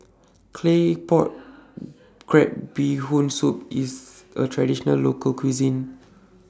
Claypot Crab Bee Hoon Soup IS A Traditional Local Cuisine